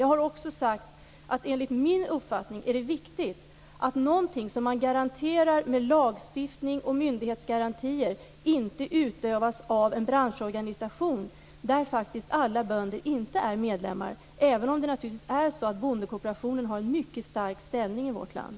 Jag har också sagt att det enligt min uppfattning är viktigt att någonting som man garanterar med lagstiftning och myndighetsgarantier inte utövas av en branschorganisation där faktiskt alla bönder inte är medlemmar, även om det naturligtvis är så att bondekooperationen har en mycket stark ställning i vårt land.